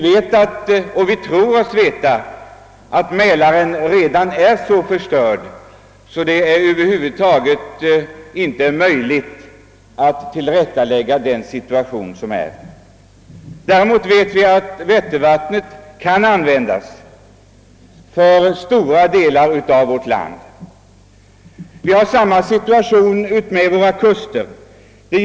Vi tror oss veta att Mälaren redan nu är så förstörd, att det över huvud taget inte är möjligt att tillrättalägga den rådande situationen. Däremot vet vi att vätternvattnet kan användas för stora delar av vårt land. Vi har samma situation utmed våra kuster, inte vattentäkt men väl förorening.